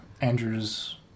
Andrew's